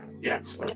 Yes